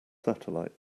satellite